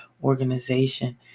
organization